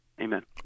amen